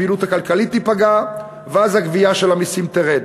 הפעילות הכלכלית תיפגע, ואז הגבייה של המסים תרד.